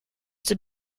did